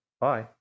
Bye